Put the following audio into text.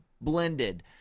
blended